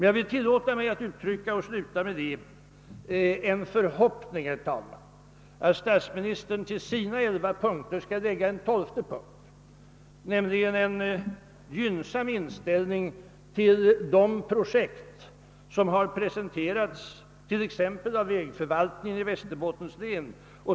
Jag vill tillåta mig att uttrycka en förhoppning, herr talman, att statsministern till sina elva punkter skall lägga en tolfte punkt, nämligen en gynnsam inställning till de projekt som har presenterats t.ex. av vägförvaltningen i Västerbottens län.